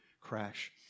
crash